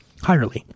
Higherly